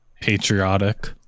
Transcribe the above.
patriotic